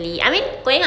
correct